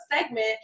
segment